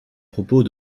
propos